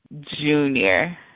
junior